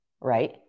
right